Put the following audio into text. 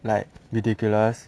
like ridiculous